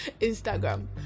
instagram